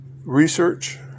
Research